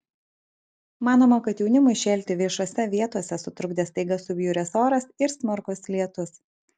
manoma kad jaunimui šėlti viešose vietose sutrukdė staiga subjuręs oras ir smarkus lietus